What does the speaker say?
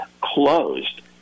closed